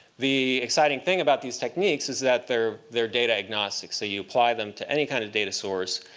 the exciting thing about these techniques is that they're they're data agnostic, so you apply them to any kind of data source,